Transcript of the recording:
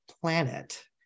planet